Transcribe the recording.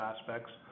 aspects